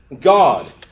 God